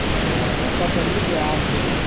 ایسا کریے جو آپ جو ہے